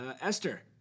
Esther